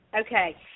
Okay